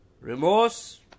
Remorse